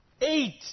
eight